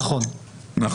נכון.